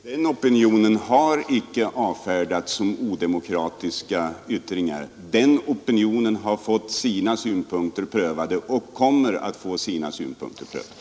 Fru talman! Den opinionen har icke avfärdats som odemokratiska yttringar. Den opinionen har fått sina synpunkter prövade och kommer att få sina synpunkter prövade.